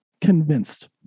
Convinced